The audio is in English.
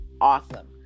awesome